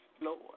Lord